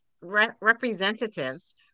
representatives